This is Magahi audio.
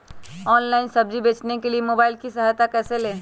ऑनलाइन सब्जी बेचने के लिए मोबाईल की सहायता कैसे ले?